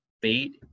bait